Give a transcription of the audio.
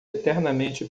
eternamente